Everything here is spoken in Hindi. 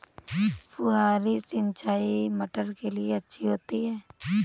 फुहारी सिंचाई मटर के लिए अच्छी होती है?